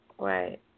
Right